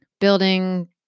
building